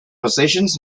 positions